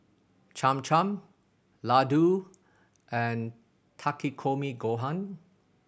Cham Cham Ladoo and Takikomi Gohan